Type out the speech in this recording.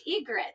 egret